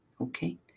okay